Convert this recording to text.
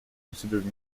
considered